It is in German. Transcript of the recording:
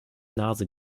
nase